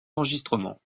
enregistrements